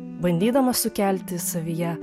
bandydamas sukelti savyje